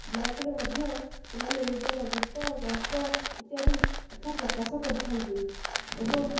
ବ୍ଲଗ୍ରେ ମଧ୍ୟ ସେମାନେ ନିଜର ଗୀତ ଗଳ୍ପ ଇତ୍ୟାଦି କଥା ପ୍ରକାଶ କରିଥାନ୍ତି ଏବଂ